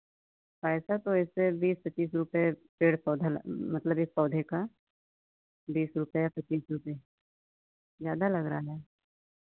पैसा तो वैसे बीस पचीस रुपये पेड़ पौधा ल् मतलब एक पौधे का बीस रुपये पचीस रुपये ज्यादा लग रहा है